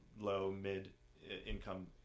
low-mid-income